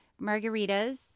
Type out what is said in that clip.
margaritas